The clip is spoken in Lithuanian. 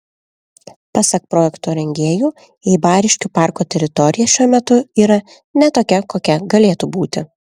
pasak projekto rengėjų eibariškių parko teritorija šiuo metu yra ne tokia kokia galėtų būti